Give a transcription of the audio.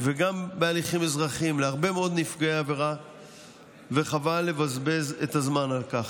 וגם בהליכים אזרחיים, וחבל לבזבז את הזמן על כך.